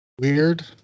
weird